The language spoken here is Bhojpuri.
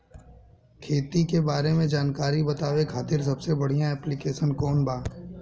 खेती के बारे में जानकारी बतावे खातिर सबसे बढ़िया ऐप्लिकेशन कौन बा?